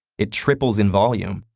it triples in volume.